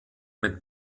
mit